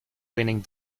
winning